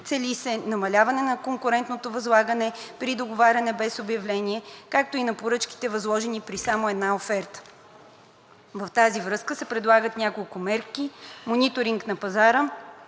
Цели се намаляване на конкурентното възлагане при договаряне без обявление, както и на поръчките, възложени при само една оферта. В тази връзка се предлагат няколко мерки: мониторинг на пазара